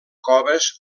coves